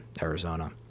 Arizona